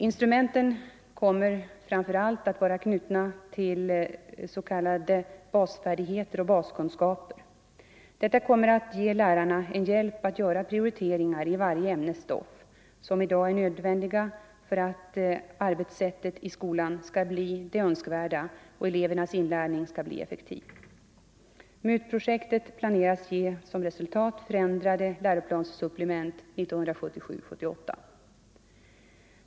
Instrumenten kommer framför allt att vara knutna till s.k. basfärdigheter och baskunskaper. Detta kommer att ge lärarna en hjälp att göra prioriteringar i varje ämnes stoff, som i dag är nödvändiga för att arbetssättet i skolan skall bli det önskvärda och elevernas inlärning skall bli effektiv. MUT-projektet planeras ge som resultat förändrade läroplanssupplement 1977/78.